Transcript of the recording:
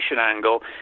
angle